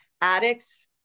addicts